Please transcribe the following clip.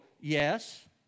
Yes